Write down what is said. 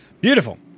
Beautiful